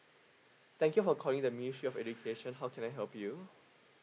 thank you for calling the ministry of education how can I help you